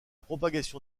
propagation